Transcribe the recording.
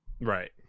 Right